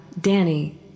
Danny